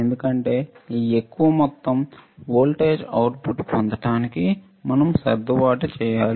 ఎందుకంటే ఈ ఎక్కువ మొత్తం వోల్టేజ్ అవుట్పుట్ పొందడానికి మనం సర్దుబాటు చేయాలి